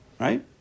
Right